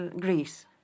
Greece